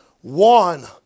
One